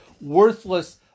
worthless